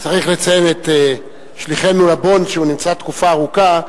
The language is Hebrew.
צריך לציין את שליחנו ל"בונדס" הוא נמצא תקופה ארוכה,